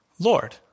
Lord